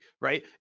Right